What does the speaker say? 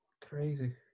Crazy